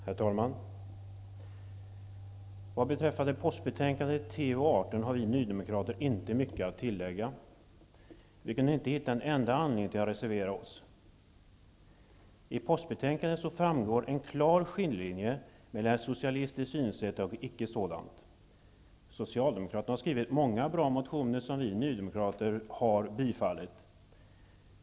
Herr talman! Vad beträffar postbetänkandet TU18 har vi nydemokrater inte mycket att tillägga. Vi kunde inte hitta en enda anledning att reservera oss. I postbetänkandet framgår en klar skiljelinje mellan ett socialistiskt synsätt och ett icke sådant. Socialdemokraterna har skrivit många bra motioner som vi nydemokrater har bifallit.